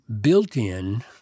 built-in